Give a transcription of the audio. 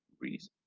reason